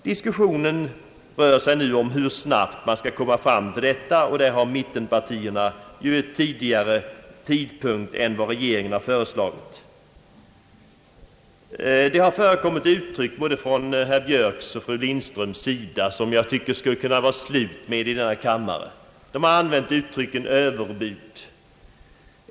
Diskussionen rör sig nu om hur snabbt man skall komma fram till detta mål, och där har mittenpartierna stannat för en tidigare tidpunkt än den regeringen föreslagit. Både herr Björk och fru Lindström har använt uttryck, som jag tycker inte borde förekomma längre i denna kammare. De har använt uttrycket överbud.